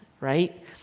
right